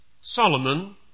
Solomon